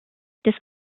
des